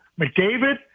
McDavid